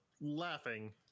laughing